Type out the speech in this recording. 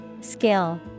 Skill